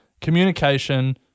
communication